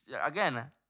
Again